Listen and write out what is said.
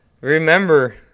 Remember